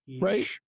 right